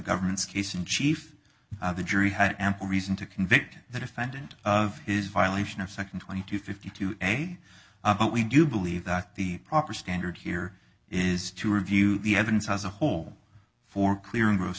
government's case in chief the jury had ample reason to convict the defendant of his violation of section twenty two fifty two a but we do believe that the proper standard here is to review the evidence as a whole for clearing gross